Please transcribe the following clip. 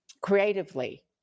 creatively